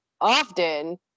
often